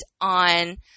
on